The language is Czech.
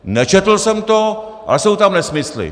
Nečetl jsem to, ale jsou tam nesmysly!